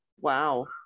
wow